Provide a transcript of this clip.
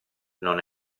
non